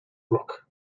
brooke